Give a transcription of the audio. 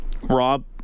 Rob